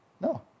No